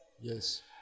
Yes